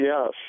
yes